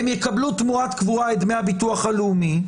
הם יקבלו תמורת קבורה את דמי הביטוח הלאומי,